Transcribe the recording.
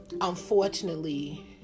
unfortunately